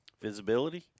Visibility